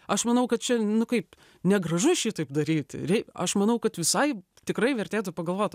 aš manau kad čia nu kaip negražu šitaip daryti rei aš manau kad visai tikrai vertėtų pagalvot